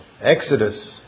Exodus